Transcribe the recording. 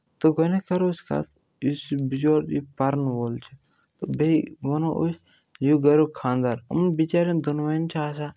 تہٕ گۄڈنٮ۪تھ کَرو أسۍ کَتھ یُس یہِ بِچور یہِ پَرُن وول چھِ تہٕ بیٚیہِ بہٕ وَنو أسۍ یہِ گَریُک خانٛدار یِمَن بِچارٮ۪ن دۄنوَے چھِ آسان